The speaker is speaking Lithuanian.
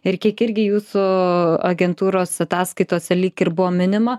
ir kiek irgi jūsų agentūros ataskaitose lyg ir buvo minima